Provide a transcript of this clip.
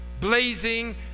blazing